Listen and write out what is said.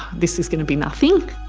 this is going to be nothing.